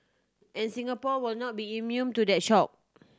and Singapore will not be immune to that shock